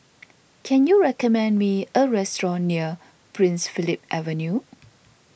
can you recommend me a restaurant near Prince Philip Avenue